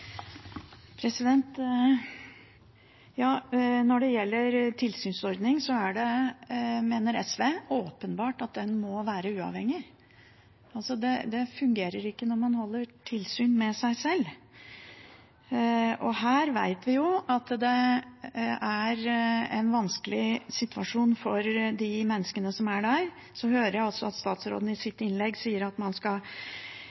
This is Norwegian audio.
Når det gjelder tilsynsordning, mener SV at den må være uavhengig. Det fungerer ikke når man holder tilsyn med seg selv. Her vet vi jo at det er en vanskelig situasjon for de menneskene som er der. Så hører jeg altså at statsråden i